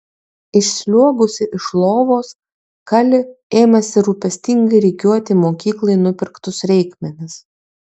išsliuogusi iš lovos kali ėmėsi rūpestingai rikiuoti mokyklai nupirktus reikmenis